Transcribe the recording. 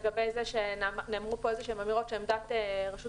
לגבי זה שנאמרו פה איזה שהן אמירות שעמדת רשות